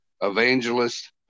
evangelist